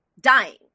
Dying